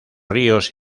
ríos